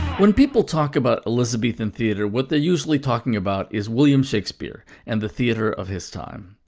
when people talk about elizabethan theatre, what they're usually talking about is william shakespeare and the theatre of his time.